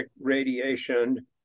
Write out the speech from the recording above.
radiation